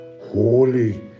holy